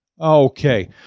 Okay